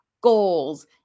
goals